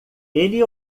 ele